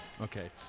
Okay